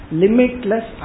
limitless